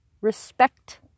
respect